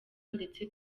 ndetse